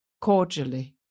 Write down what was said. cordially